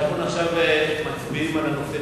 אנחנו עכשיו מצביעים על הנושא.